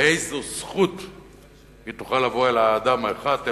באיזו זכות היא תוכל לבוא אל האדם האחד,